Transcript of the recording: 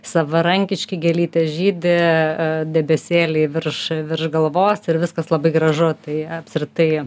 savarankiški gėlytės žydi e debesėliai virš virš galvos ir viskas labai gražu tai apskritai